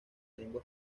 lengua